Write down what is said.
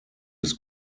his